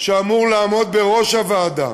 שאמור לעמוד בראש הוועדה.